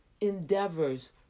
endeavors